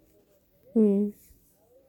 mm